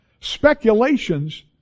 Speculations